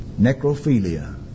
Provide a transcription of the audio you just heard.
necrophilia